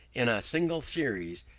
in a single series,